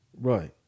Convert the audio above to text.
Right